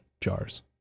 jars